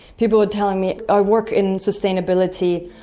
people were telling me, i work in sustainability,